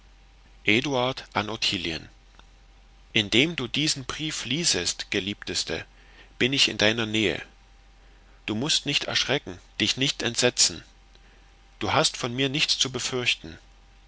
eduard an ottilien indem du diesen brief liesest geliebteste bin ich in deiner nähe du mußt nicht erschrecken dich nicht entsetzen du hast von mir nichts zu befürchten